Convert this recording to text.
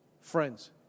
Friends